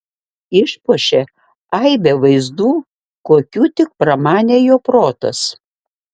išpuošė aibe vaizdų kokių tik pramanė jo protas